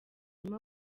nyuma